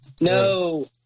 No